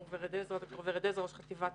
אני ד"ר ורד עזרא, ראש חטיבת